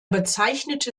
bezeichnete